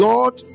Lord